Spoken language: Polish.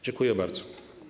Dziękuję bardzo.